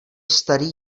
starý